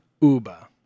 Uba